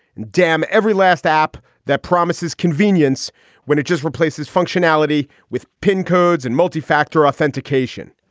damn. every last app that promises convenience when it just replaces functionality with pin codes and multi-factor authentication.